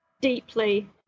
deeply